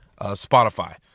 spotify